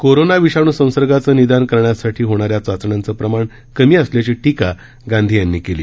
corona विषाणू संसर्गाचं निदान करण्यासाठी होणाऱ्या चाचण्यांचं प्रमाण कमी असल्याची टीका गांधी यांनी केली